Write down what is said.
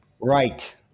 Right